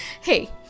hey